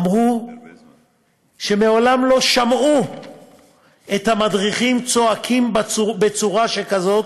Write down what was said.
אמרו שהם מעולם לא שמעו את המדריכים צועקים בצורה כזאת,